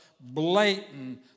blatant